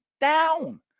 down